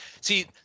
see